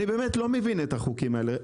אני באמת לא מבין את החוקים האלה.